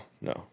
no